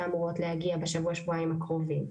שאמורות להגיע בשבוע או שבועיים הקרובים.